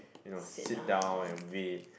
you know sit down and wait